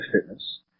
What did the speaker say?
fitness